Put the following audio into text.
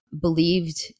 believed